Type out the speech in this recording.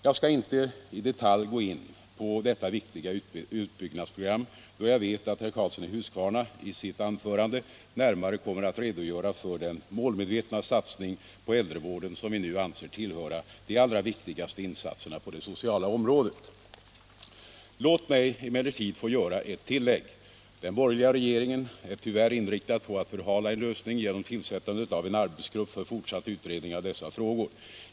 Jag skall inte i detalj gå in på detta viktiga utbyggnadsprogram, då jag vet att herr Karlsson i Huskvarna i sitt anförande närmare kommer att redogöra för den målmedvetna satsning på hälsovården som vi nu anser tillhöra de allra viktigaste insatserna på det sociala området. Låt mig emellertid få göra ett tillägg. Den borgerliga regeringen är tyvärr inriktad på att förhala en lösning genom tillsättandet av en arbetsgrupp för fortsatt utredning av dessa frågor.